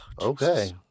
Okay